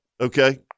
okay